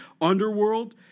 underworld